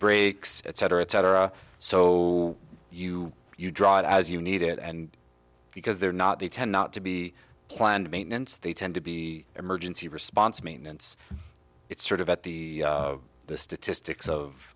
brakes etc etc so you you drive as you need it and because they're not they tend not to be planned maintenance they tend to be emergency response maintenance it's sort of at the the statistics